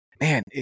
man